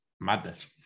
madness